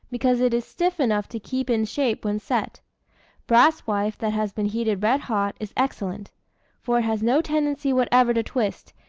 because it is stiff enough to keep in shape when set brass wife that has been heated red-hot, is excellent for it has no tendency whatever to twist,